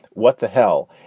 what the hell?